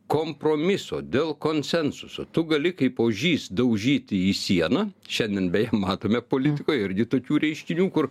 kompromiso dėl konsensuso tu gali kaip ožys daužyti į sieną šiandien beje matome politikoj irgi tokių reiškinių kur